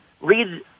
read